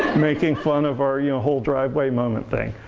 making fun of our you know whole driveway moment thing.